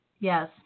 yes